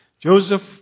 Joseph